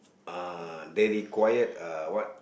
uh they required uh what